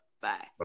Bye